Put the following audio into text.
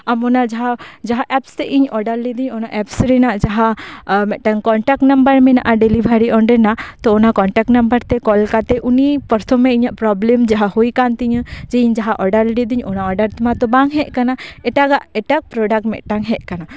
ᱟᱵᱚᱱᱟᱜ ᱡᱟᱦᱟᱸ ᱮᱯᱥ ᱛᱮ ᱤᱧ ᱚᱰᱟᱨ ᱞᱤᱫᱟᱹᱧ ᱚᱱᱟ ᱮᱯᱥ ᱨᱮᱱᱟᱜ ᱡᱟᱦᱟᱸ ᱢᱤᱫᱴᱟᱝ ᱠᱚᱱᱴᱟᱠᱴ ᱱᱟᱢᱵᱟᱨ ᱢᱮᱱᱟᱜᱼᱟ ᱰᱮᱞᱤᱵᱷᱟᱨᱤ ᱚᱸᱰᱮᱱᱟᱜ ᱛᱳ ᱚᱱᱟ ᱠᱚᱱᱴᱟᱠᱴ ᱱᱟᱢᱵᱟᱨ ᱛᱮ ᱠᱚᱞ ᱠᱟᱛᱮ ᱩᱱᱤ ᱯᱨᱚᱛᱷᱚᱢᱮ ᱤᱧᱟᱜ ᱯᱨᱚᱵᱽᱞᱮᱢ ᱡᱟᱦᱟᱸ ᱦᱩᱭ ᱟᱠᱟᱱ ᱛᱤᱧᱟᱹ ᱡᱮ ᱤᱧ ᱡᱟᱦᱟᱸ ᱚᱰᱟᱨ ᱞᱤᱫᱟᱹᱧ ᱚᱱᱟ ᱚᱰᱟᱨ ᱢᱟᱛᱚ ᱵᱟᱝ ᱦᱮᱡ ᱟᱠᱟᱱᱟ ᱮᱴᱟᱜᱟᱜ ᱮᱴᱟᱜ ᱯᱨᱳᱰᱟᱠᱴ ᱢᱤᱫᱴᱟᱝ ᱦᱮᱡ ᱟᱠᱟᱱᱟ